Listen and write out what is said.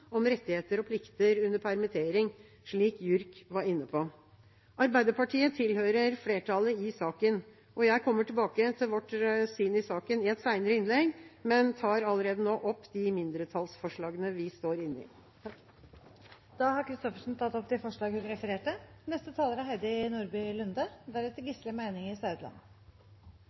om rettigheter og plikter under permittering, slik JURK var inne på. Arbeiderpartiet tilhører flertallet i saken. Jeg kommer tilbake til vårt syn i saken i et senere innlegg, men tar allerede nå opp de mindretallsforslagene vi står inne i. Lise Christoffersen har tatt opp de forslag hun refererte til. Takk til saksordføreren og forslagsstillere. Et seriøst og anstendig arbeidsliv er